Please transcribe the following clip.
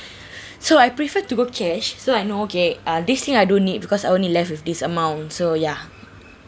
so I prefer to go cash so I know okay uh this thing I don't need because I only left with this amount so ya